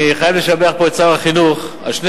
אני חייב לשבח פה את שר החינוך על שני